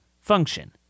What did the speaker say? function